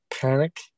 panic